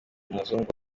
umuzungu